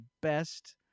best